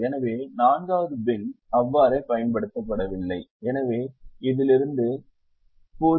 எனவே 4 வது பின் அவ்வாறே பயன்படுத்தப்படுவதில்லை எனவே இதிலிருந்து 0 0 உள்ளது